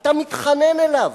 אתה מתחנן אליו